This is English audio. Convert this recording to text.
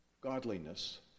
godliness